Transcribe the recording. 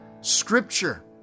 Scripture